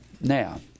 Now